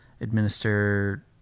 administer